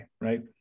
right